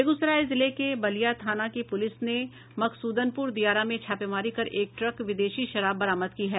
बेगूसराय जिले के बलिया थाना की पुलिस ने मकसूदनपुर दियारा में छापेमारी कर एक ट्रक विदेशी शराब बरामद की है